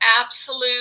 absolute